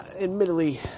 admittedly